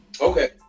Okay